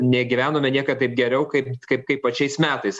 negyvenome niekad taip geriau kaip kaip kaip pačiais metais